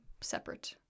separate